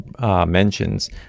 mentions